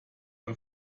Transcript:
bei